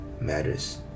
matters